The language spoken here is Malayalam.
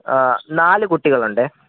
നാല് കുട്ടികൾ ഉണ്ടേ